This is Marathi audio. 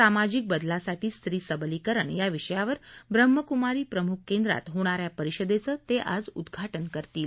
सामाजिक बदलासाठी स्त्री सबलीकरण या विषयावर ब्रम्हकुमारी प्रमुख केंद्रात होणाऱ्या परिषदेचं ते आज उद्घाटन करतील